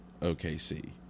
OKC